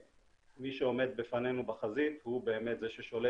מי שעומד בפנינו בחזית הוא באמת זה ששולט